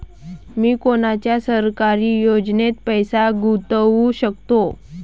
मी कोनच्या सरकारी योजनेत पैसा गुतवू शकतो?